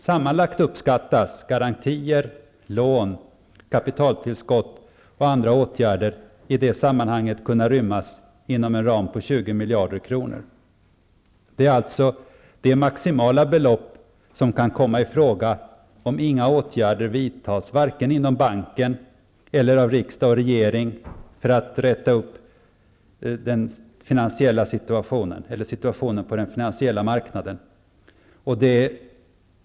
Sammanlagt uppskattas garantier, lån, kapitaltillskott och andra åtgärder i det sammanhanget kunna rymmas inom en ram på 20 miljarder kronor. Det är alltså det maximala belopp som kan komma i fråga om inga åtgärder vidtas av vare sig banken, riksdag eller regering för att rätta upp den finansiella situationen på marknaden.